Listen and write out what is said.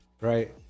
right